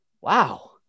Wow